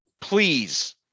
please